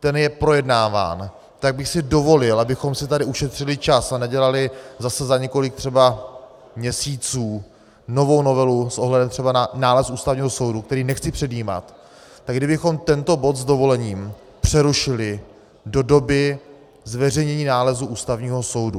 ten je projednáván, tak bych si dovolil, abychom si tady ušetřili čas a nedělali zase za několik třeba měsíců novou novelu s ohledem třeba na nález Ústavního soudu, který nechci předjímat, tak kdybychom tento bod s dovolením přerušili do doby zveřejnění nálezu Ústavního soudu.